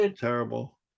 terrible